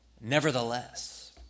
Nevertheless